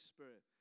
Spirit